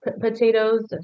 potatoes